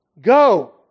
Go